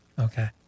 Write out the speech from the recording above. okay